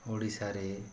ଓଡ଼ିଶାରେ